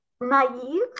naive